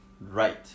Right